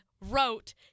wrote